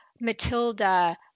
Matilda